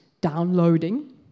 downloading